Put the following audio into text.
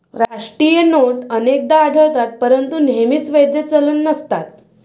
राष्ट्रीय नोट अनेकदा आढळतात परंतु नेहमीच वैध चलन नसतात